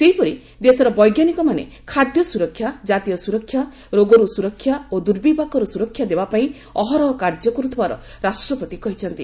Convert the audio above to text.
ସେହିପରି ଦେଶର ବୈଜ୍ଞାନିକମାନେ ଖାଦ୍ୟ ସୁରକ୍ଷା ଜାତୀୟ ସୁରକ୍ଷା ରୋଗରୁ ସୁରକ୍ଷା ଓ ଦୁର୍ବିପାକରୁ ସୁରକ୍ଷା ଦେବା ପାଇଁ ଅହରହ କାର୍ଯ୍ୟ କରୁଥିବାର ରାଷ୍ଟ୍ରପତି କହିଛନ୍ତି